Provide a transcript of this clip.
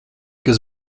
kas